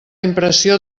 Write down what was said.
impressió